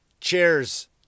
cheers